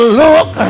look